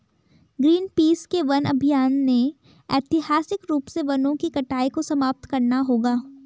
Greenpeace के वन अभियान ने ऐतिहासिक रूप से वनों की कटाई को समाप्त करना होगा